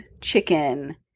chicken